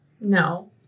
No